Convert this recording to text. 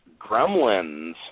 Gremlins